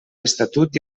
estatut